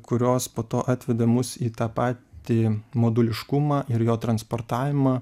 kurios po to atvedė mus į tą patį moduliškumą ir jo transportavimą